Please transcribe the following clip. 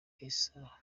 nk’isaha